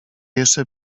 jeszcze